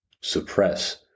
suppress